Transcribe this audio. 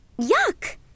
Yuck